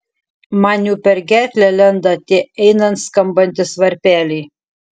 man jau per gerklę lenda tie einant skambantys varpeliai